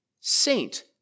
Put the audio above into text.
saint